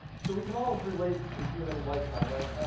so we can all relate to the human lifetime, right?